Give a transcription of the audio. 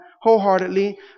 wholeheartedly